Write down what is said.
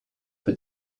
for